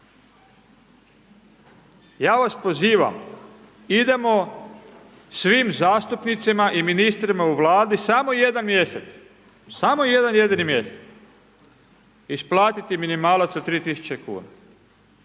Ja vas pozivam, idemo svim zastupnicima i ministrima u Vladi samo jedan mjesec, samo jedan jedini mjesec, isplatiti minimalac od 3 tisuće